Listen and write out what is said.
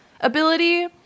ability